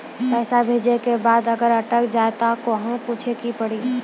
पैसा भेजै के बाद अगर अटक जाए ता कहां पूछे के पड़ी?